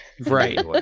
right